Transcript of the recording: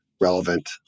relevant